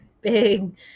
big